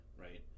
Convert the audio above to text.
right